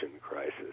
crisis